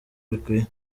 bikwiye